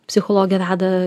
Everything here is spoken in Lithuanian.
psichologė veda